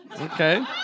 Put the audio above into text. Okay